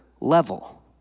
level